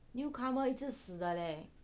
newcomer 一直死的嘞